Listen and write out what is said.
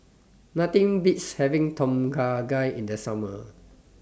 Nothing Beats having Tom Kha Gai in The Summer